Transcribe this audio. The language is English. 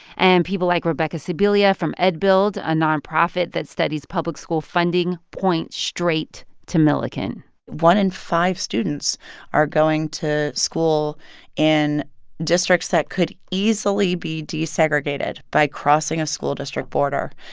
and people like rebecca sibilia from edbuild, a nonprofit that studies public school funding, points straight to milliken one in five students are going to school in districts that could easily be desegregated by crossing a school district border,